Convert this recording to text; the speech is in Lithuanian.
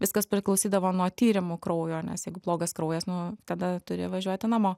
viskas priklausydavo nuo tyrimų kraujo nes jeigu blogas kraujas nu tada turi važiuoti namo